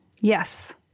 Yes